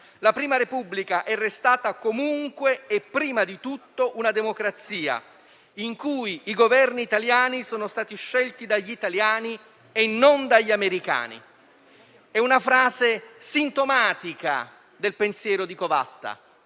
la Prima Repubblica è restata comunque e prima di tutto una democrazia, in cui i Governi italiani sono stati scelti dagli italiani e non dagli americani. Questa è una frase sintomatica del pensiero di Covatta,